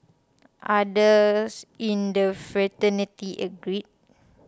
others in the fraternity agreed